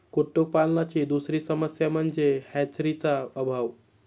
कुक्कुटपालनाची दुसरी समस्या म्हणजे हॅचरीचा अभाव